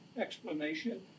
explanation